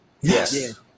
Yes